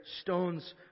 stones